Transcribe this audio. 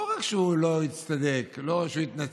לא רק שהוא לא הצטדק, לא התנצל,